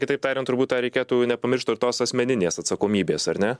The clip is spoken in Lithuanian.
kitaip tariant turbūt tą reikėtų nepamiršti ir tos asmeninės atsakomybės ar ne